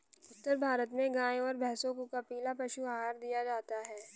उत्तर भारत में गाय और भैंसों को कपिला पशु आहार दिया जाता है